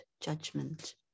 judgment